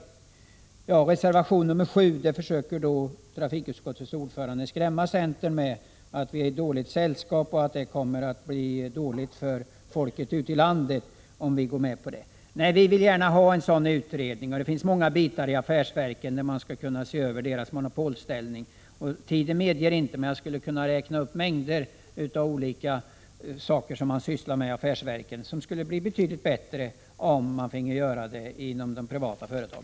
Vad gäller reservation 7 försöker trafikutskottets ordförande skrämma oss i centern med att vi har hamnat i dåligt sällskap och framhåller att den skulle få negativa konsekvenser för folket ute i landet. Nej, vi vill att en utredning görs på detta område. Man bör på många punkter kunna ta upp affärsverkens monopolställning till granskning. Tiden medger det inte, men jag skulle kunna redovisa verksamheter inom affärsverken som skulle bli betydligt bättre skötta, om man i stället lade ut dem på privata företag.